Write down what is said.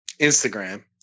Instagram